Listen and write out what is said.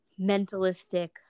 mentalistic